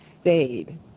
stayed